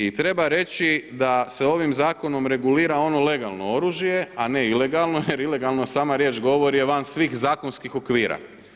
I treba reći da se ovim zakonom regulira ono legalno oružje, a ne ilegalno jer ilegalno sama riječ govori je van svih zakonskih okvira.